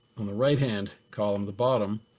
on the right hand column, the bottom.